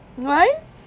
one